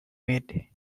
mad